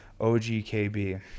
OGKB